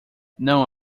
não